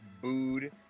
booed